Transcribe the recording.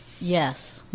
Yes